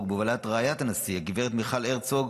ובהובלת רעיית הנשיא הגב' מיכל הרצוג,